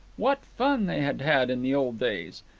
what fun they had had in the old days!